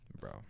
Bro